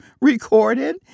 recorded